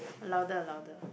louder louder